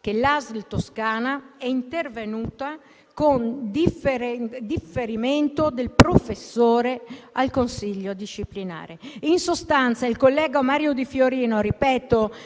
che l'ASL Toscana è intervenuta con differimento del professore al consiglio disciplinare. In sostanza, il collega Mario Di Fiorino,